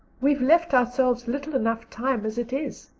we've left ourselves little enough time as it is.